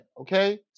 okay